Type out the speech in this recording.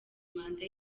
manda